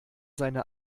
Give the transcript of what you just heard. seine